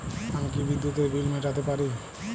আমি কি বিদ্যুতের বিল মেটাতে পারি?